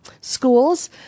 schools